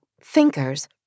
thinkers